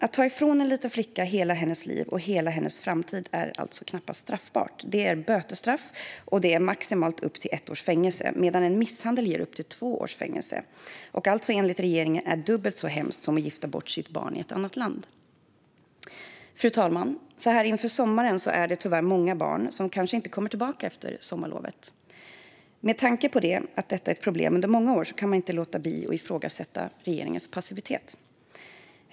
Att ta ifrån en liten flicka hela hennes liv och hela hennes framtid är alltså knappt straffbart. Det ger bötesstraff och maximalt ett års fängelse medan en misshandel ger upp till två års fängelse och alltså enligt regeringen är dubbelt så hemskt som att gifta bort sitt barn i ett annat land. Fru talman! Så här inför sommaren är det tyvärr många barn som kanske inte kommer tillbaka efter sommarlovet. Med tanke på att detta har varit ett problem under många år kan man inte låta bli att ifrågasätta regeringens passivitet.